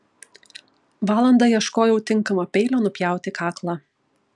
valandą ieškojau tinkamo peilio nupjauti kaklą